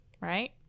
right